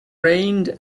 rained